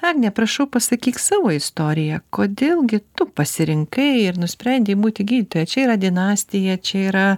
agne prašau pasakyk savo istoriją kodėl gi tu pasirinkai ir nusprendei būti gydytoja čia yra dinastija čia yra